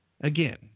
again